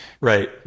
right